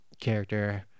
character